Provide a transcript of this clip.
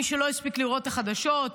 מי שלא הספיק לראות את החדשות,